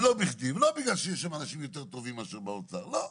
לא בגלל שיש שם אנשים יותר טובים מאשר באוצר - לא,